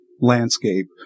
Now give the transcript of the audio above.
landscape